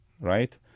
right